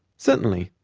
certainly,